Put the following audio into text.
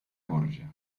borja